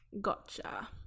gotcha